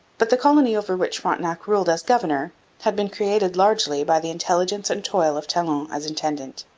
but the colony over which frontenac ruled as governor had been created largely by the intelligence and toil of talon as intendant.